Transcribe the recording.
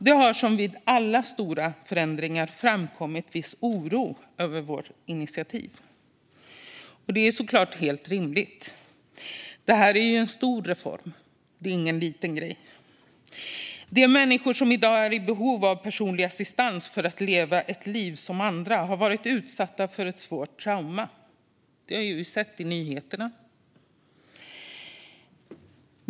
Det har, som vid alla stora förändringar, framkommit viss oro över vårt initiativ. Det är såklart helt rimligt. Det här är en stor reform och ingen liten grej. De människor som i dag är i behov av personlig assistans för att leva ett liv som andra har varit utsatta för ett svårt trauma. Det har vi sett på nyheterna.